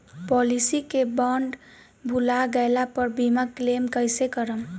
Policy के bond भुला गैला पर बीमा क्लेम कईसे करम?